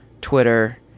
Twitter